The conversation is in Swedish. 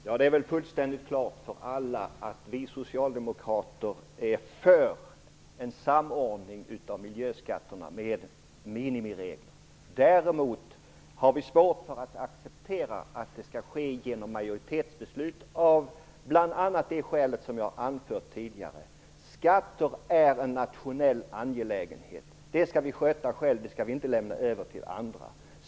Herr talman! Det är fullständigt klart för alla att vi socialdemokrater är för en samordning av miljöskatterna med minimiregler. Däremot har vi svårt att acceptera att det skall ske genom majoritetsbeslut, av bl.a. det skäl som jag anfört tidigare: Skatter är en nationell angelägenhet. Dem skall vi sköta själva och inte lämna över till andra.